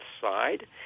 Side